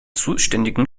zuständigen